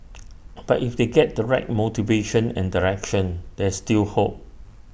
but if they get the right motivation and direction there's still hope